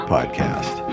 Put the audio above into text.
Podcast